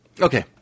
Okay